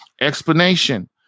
Explanation